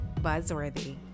Buzzworthy